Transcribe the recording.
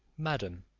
madam,